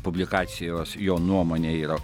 publikacijos jo nuomone yra